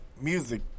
Music